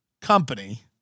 company